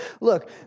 look